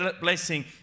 blessing